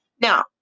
Now